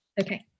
Okay